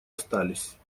остались